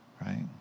right